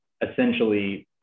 essentially